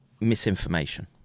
misinformation